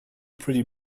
pretty